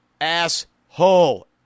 Asshole